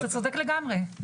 אתה צודק לגמרי.